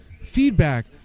feedback